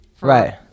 right